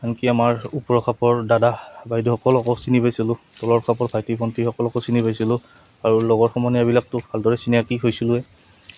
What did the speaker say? আনকি আমাৰ ওপৰ খাপৰ দাদা বাইদেউসকলকো চিনি পাইছিলোঁ তলৰ খাপৰ ভাইটি ভণ্টিসকলকো চিনি পাইছিলোঁ আৰু লগৰ সমনীয়াবিলাকতো ভালদৰে চিনাকি হৈছিলোঁৱে